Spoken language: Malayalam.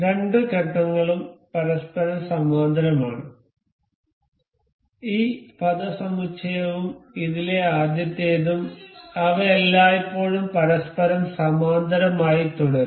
രണ്ട് ഘട്ടങ്ങളും പരസ്പരം സമാന്തരമാണ് ഈ പദസമുച്ചയവും ഇതിലെ ആദ്യത്തേതും അവ എല്ലായ്പ്പോഴും പരസ്പരം സമാന്തരമായി തുടരും